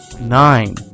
Nine